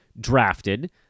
drafted